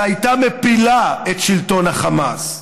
שהייתה מפילה את שלטון החמאס,